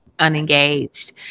Unengaged